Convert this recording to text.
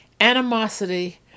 animosity